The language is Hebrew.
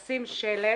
לשים שלט,